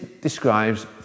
describes